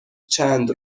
چند